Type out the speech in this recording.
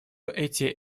эти